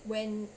when